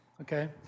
okay